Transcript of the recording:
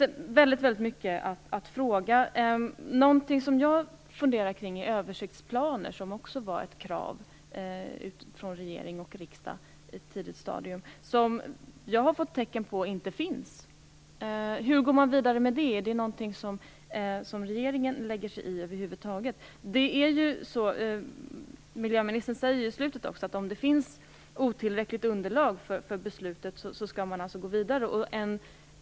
Det finns väldigt mycket att fråga om. Något som jag funderar på är översiktsplaner, som också var ett krav från regering och riksdag på ett tidigt stadium. Jag har fått tecken på att sådana inte finns. Hur går man vidare med det? Är det något som regeringen över huvud taget lägger sig i? Miljöministern säger också i slutet av sitt svar att man om underlaget för beslutet är otillräckligt skall gå vidare.